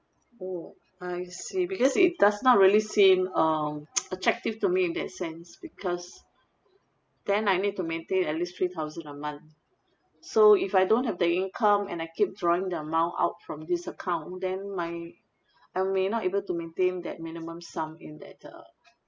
oh I see because it does not really seem um attractive to me in that sense because then I need to maintain at least three thousand a month so if I don't have the income and I keep drawing the amount out from this account then my I may not able to maintain that minimum sum in that uh